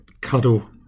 cuddle